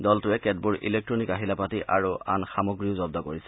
দলটোৱে কেতবোৰ ইলেক্টনিক আহিলা পাতি আৰু আন সামগ্ৰীও জব্দ কৰিছে